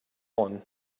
one